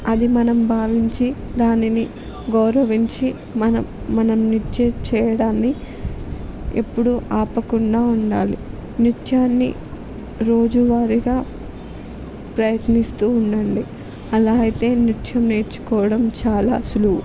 అది మనం భావించి దానిని గౌరవించి మనం మన నృత్యం చేయడాన్ని ఎప్పుడు ఆపకుండా ఉండాలి నృత్యాన్ని రోజువారీగా ప్రయత్నిస్తూ ఉండండి అలా అయితే నృత్యం నేర్చుకోవడం చాలా సులువు